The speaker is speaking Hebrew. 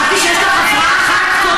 חשבתי שיש לך הפרעה חד-קוטבית,